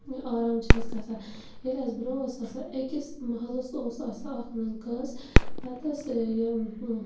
آرام چھُ اَسہِ گَژھان ییٚلہِ اَسہِ برونٛہہ اوس آسان أکِس مَحلَس اوس آسان اکھ نَلکہٕ حظ پَتہٕ ٲسۍ یہِ